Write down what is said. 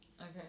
Okay